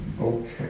okay